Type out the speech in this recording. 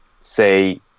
say